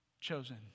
Chosen